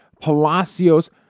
Palacios